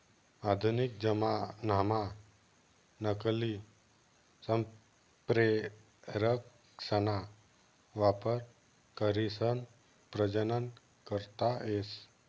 आधुनिक जमानाम्हा नकली संप्रेरकसना वापर करीसन प्रजनन करता येस